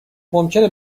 ممکنه